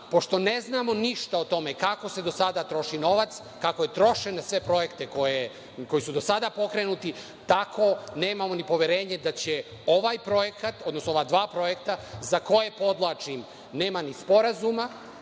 pošto ne znamo ništa o tome kako se do sada troši novac, kako je trošen na sve projekte koji su do sada pokrenuti, tako nemamo ni poverenje da će ovaj projekat, odnosno ova dva projekta za koje podvlačim nema ni sporazuma